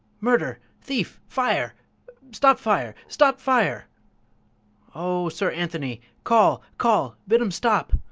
murder! thief! fire stop fire! stop fire o sir anthony call! call! bid m stop!